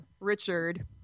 Richard